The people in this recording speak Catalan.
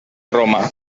roma